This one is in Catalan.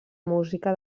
música